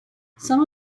some